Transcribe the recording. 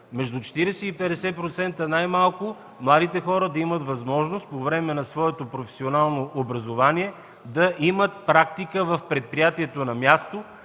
между 40 и 50% най-малко от младите хора да имат възможност по време на своето професионално образование да имат практика в предприятието на място,